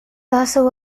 also